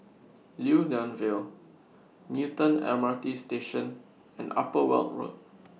Lew Lian Vale Newton M R T Station and Upper Weld Road